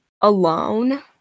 alone